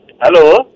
Hello